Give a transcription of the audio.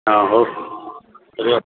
ହଁ ହଉ ରୁହ